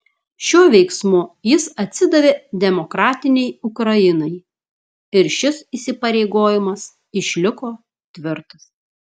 šiuo veiksmu jis atsidavė demokratinei ukrainai ir šis įsipareigojimas išliko tvirtas